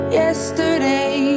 yesterday